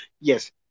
Yes